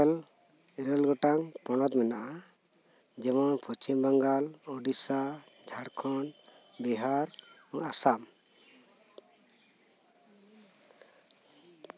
ᱵᱟᱨᱜᱮᱞ ᱤᱨᱟᱹᱞ ᱜᱚᱴᱟᱝ ᱯᱚᱱᱚᱛ ᱢᱮᱱᱟᱜᱼᱟ ᱡᱮᱢᱚᱱ ᱯᱚᱪᱷᱤᱢ ᱵᱟᱝᱜᱟᱞ ᱳᱰᱤᱥᱥᱟ ᱡᱷᱟᱲᱠᱷᱚᱱᱰ ᱵᱤᱦᱟᱨ ᱟᱥᱟᱢ